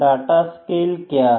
data scale क्या है